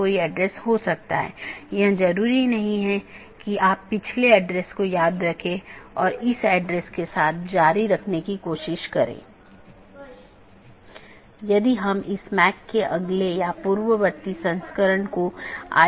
दो जोड़े के बीच टीसीपी सत्र की स्थापना करते समय BGP सत्र की स्थापना से पहले डिवाइस पुष्टि करता है कि BGP डिवाइस रूटिंग की जानकारी प्रत्येक सहकर्मी में उपलब्ध है या नहीं